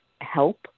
help